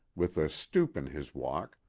with a stoop in his walk,